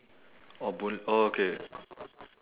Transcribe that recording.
oh boon oh okay